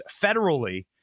federally